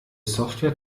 software